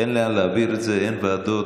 אין לאן להעביר את זה, אין ועדות.